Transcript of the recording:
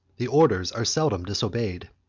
the orders are seldom disobeyed.